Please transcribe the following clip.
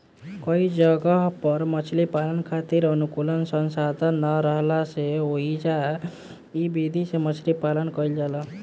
कई जगह पर मछरी पालन खातिर अनुकूल संसाधन ना राहला से ओइजा इ विधि से मछरी पालन कईल जाला